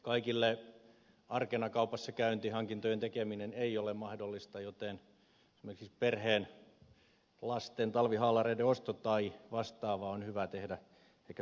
kaikille arkena kaupassakäynti hankintojen tekeminen ei ole mahdollista joten esimerkiksi perheen lasten talvihaalareiden osto tai vastaava on hyvä tehdä ehkä sunnuntaipäivän aikana